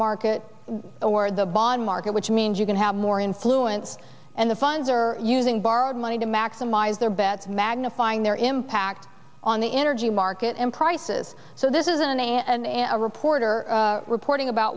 market or the bond market which means you can have more influence and the funds are using borrowed money to maximize their bets magnifying their impact on the energy market and prices so this isn't an answer reporter reporting about